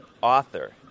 author